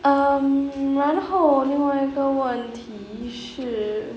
um 然后另外一个问题是